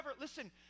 Listen